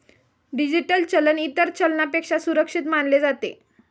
digital चलन इतर चलनापेक्षा सुरक्षित मानले जाते